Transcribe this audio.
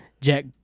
Jack